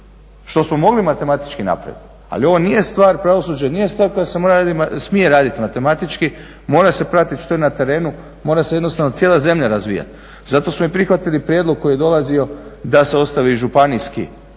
što smo mogli matematički napraviti. Ali ovo nije stvar pravosuđa i nije stvar koja se smije raditi matematički, mora se pratiti što je na terenu, mora se cijela zemlja razvijati. Zato smo i prihvatili prijedlog koji je dolazio da se ostavi županijski,